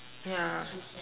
ya